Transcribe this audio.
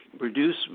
reduce